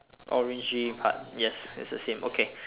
orangey part yes it's the same okay